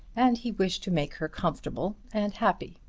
and he wished to make her comfortable and happy.